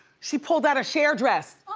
she pulled out a cher dress.